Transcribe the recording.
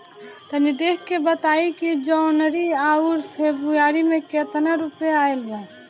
तनी देख के बताई कि जौनरी आउर फेबुयारी में कातना रुपिया आएल बा?